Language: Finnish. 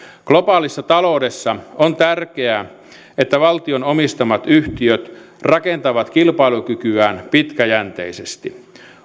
globaalissa taloudessa on tärkeää että valtion omistamat yhtiöt rakentavat kilpailukykyään pitkäjänteisesti